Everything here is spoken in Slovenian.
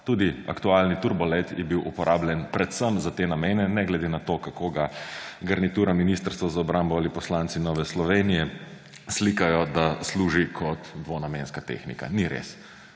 Tudi aktualni turbolet je bil uporabljen predvsem za te namene, ne glede na to, kako ga garnitura Ministrstva za obrambo ali poslanci Nove Slovenije slikajo, da služi kot dvonamenska tehnika. Ni res.